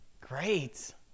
great